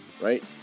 right